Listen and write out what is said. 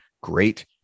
Great